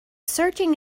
searching